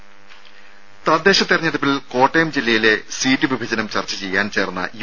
രും തദ്ദേശ തെരഞ്ഞെടുപ്പിൽ കോട്ടയം ജില്ലയിലെ സീറ്റ് വിഭജനം ചർച്ച ചെയ്യാൻ ചേർന്ന യു